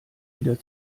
wieder